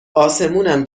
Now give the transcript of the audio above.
اسمونم